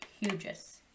Hugest